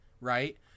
right